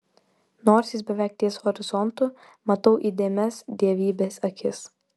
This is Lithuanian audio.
nors jis beveik ties horizontu matau įdėmias dievybės akis